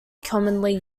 commonly